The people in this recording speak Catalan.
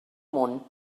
món